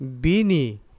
Bini